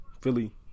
Philly